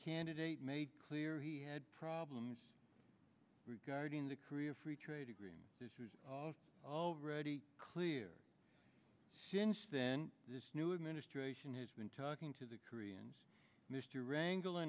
candidate made clear he had problems regarding the korea free trade agreement this was already clear since then this new administration has been talking to the koreans mr wrangle